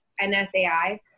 NSAI